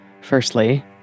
Firstly